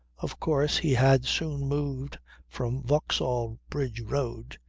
of course he had soon moved from vauxhall bridge road.